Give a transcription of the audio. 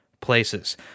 places